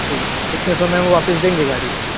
तो कितने समय में वापस देंगे गाड़ी मेरी